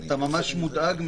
אתה ממש מודאג מזה.